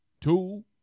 two